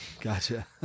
Gotcha